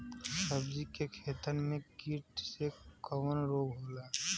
सब्जी के खेतन में कीट से कवन रोग होला?